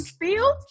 Field